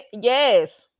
Yes